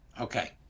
Okay